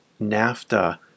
NAFTA